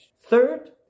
Third